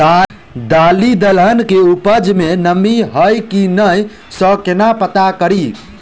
दालि दलहन केँ उपज मे नमी हय की नै सँ केना पत्ता कड़ी?